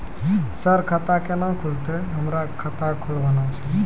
Sir खाता केना खुलतै, हमरा खाता खोलवाना छै?